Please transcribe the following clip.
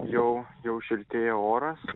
jau jau šiltėja oras